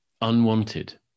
unwanted